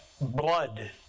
blood